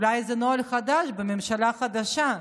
אולי זה נוהל חדש בממשלה החדשה,